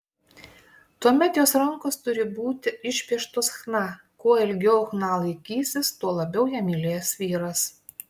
tuomet jos rankos turi būti išpieštos chna kuo ilgiau chna laikysis tuo labiau ją mylės vyras